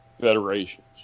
federations